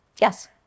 yes